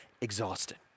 exhausted